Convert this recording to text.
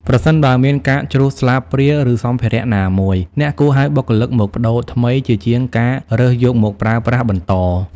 ប្រសិនបើមានការជ្រុះស្លាបព្រា ឬសម្ភារៈណាមួយ អ្នកគួរហៅបុគ្គលិកមកប្ដូរថ្មីជាជាងការរើសយកមកប្រើប្រាស់បន្ត។